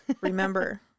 remember